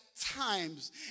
times